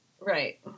Right